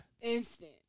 instant